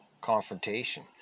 confrontation